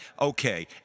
Okay